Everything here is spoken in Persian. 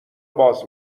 باز